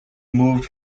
moved